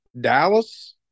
Dallas